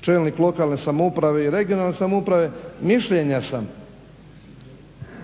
čelnik lokalne samouprave i regionalne samouprave mišljenja sam